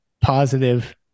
positive